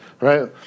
Right